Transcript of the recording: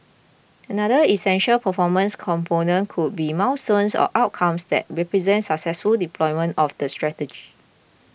another essential performance component could be milestones or outcomes that represent successful deployment of the strategy